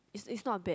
is is not bad